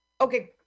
Okay